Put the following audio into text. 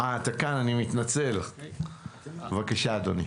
בבקשה אדוני.